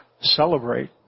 celebrate